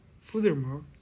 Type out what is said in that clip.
Furthermore